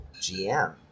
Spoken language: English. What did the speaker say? GM